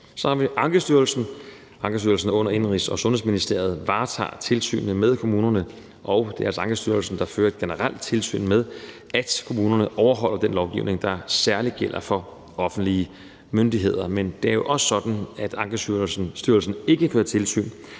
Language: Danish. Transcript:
Så har vi Ankestyrelsen. Ankestyrelsen under Indenrigs- og Sundhedsministeriet varetager tilsynet med kommunerne, og det er altså Ankestyrelsen, der fører et generelt tilsyn med, at kommunerne overholder den lovgivning, der særligt gælder for offentlige myndigheder. Men det er jo også sådan, at Ankestyrelsen ikke fører tilsyn,